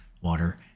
water